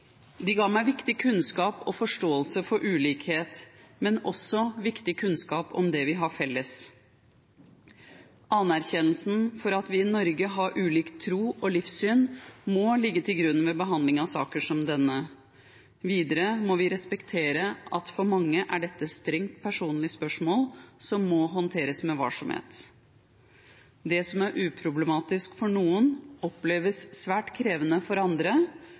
kunnskap om og forståelse for ulikhet, men også viktig kunnskap om det vi har felles. Anerkjennelsen for at vi i Norge har ulik tro og ulikt livssyn, må ligge til grunn ved behandling av saker som denne. Videre må vi respektere at dette for mange er strengt personlige spørsmål som må håndteres med varsomhet. Det som er uproblematisk for noen, oppleves svært krevende for andre,